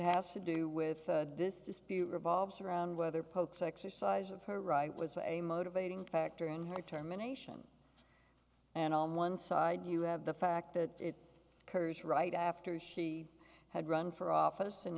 has to do with this dispute revolves around whether pokes exercise of her right was a motivating factor in her terminations and on one side you have the fact that occurs right after he had run for office and